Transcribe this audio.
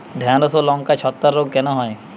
ঢ্যেড়স ও লঙ্কায় ছত্রাক রোগ কেন হয়?